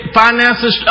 finances